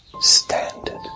standard